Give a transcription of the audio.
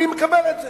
אני מקבל את זה.